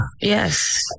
Yes